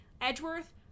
Edgeworth